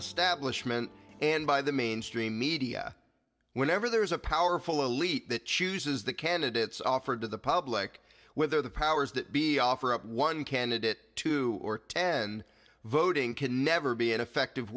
establishment and by the mainstream media whenever there is a powerful elite that chooses the candidates offered to the public whether the powers that be offer up one candidate two or ten voting can never be an effective